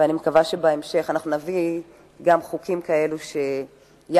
ואני מקווה שבהמשך אנחנו נביא גם חוקים כאלה שיעלו